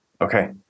Okay